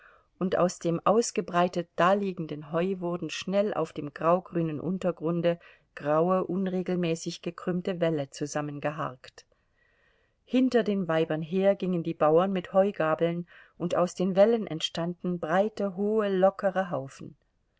und aus dem ausgebreitet daliegenden heu wurden schnell auf dem graugrünen untergrunde graue unregelmäßig gekrümmte wälle zusammengeharkt hinter den weibern her gingen die bauern mit heugabeln und aus den wällen entstanden breite hohe lockere haufen